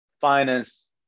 finance